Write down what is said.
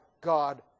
God